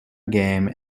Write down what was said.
game